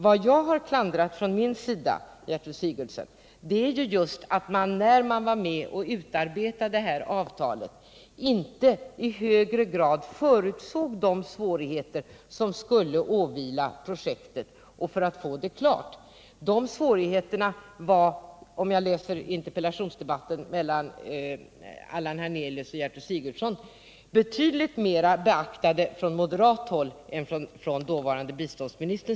Vad jag har klandrat är just att man, när man var med och utarbetade avtalet, inte i högre grad förutsåg de svårigheter som skulle komma när det gällde att få projektet klart. De synpunkterna var —om jag läser interpellationsdebatten mellan Allan Hernelius och Gertrud Sigurdsen — betydligt mera beaktade från moderat håll än av dåvarande biståndsministern.